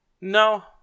No